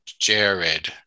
Jared